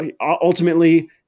ultimately